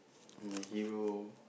my hero